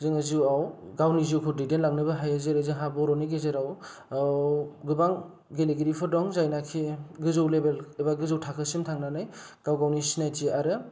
जिउआव गावनि जिउखौ दैदेनलांनोबो हायो जेरै जोंहा बरनि गेजेराव गोबां गेलेगिरिफोर दं जायनाखि गोजौ लेबेल बा गोजौ थाखोसिम थांनानै गावगावनि सिनायथि आरो